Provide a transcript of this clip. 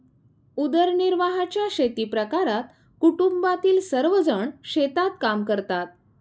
उदरनिर्वाहाच्या शेतीप्रकारात कुटुंबातील सर्वजण शेतात काम करतात